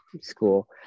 School